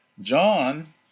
John